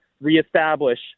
reestablish